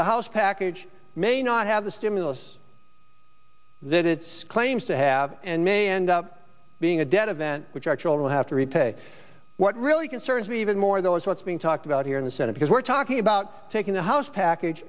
the house package may not have the stimulus that it claims to have and may end up being a dead event which our children have to repay what really concerns me even more though is what's being talked about here in the senate because we're talking about taking the house package